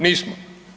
Nismo.